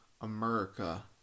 America